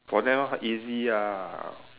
for them easy ah